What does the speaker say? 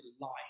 life